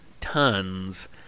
tons